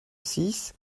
six